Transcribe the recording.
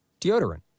deodorant